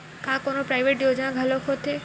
का कोनो प्राइवेट योजना घलोक होथे?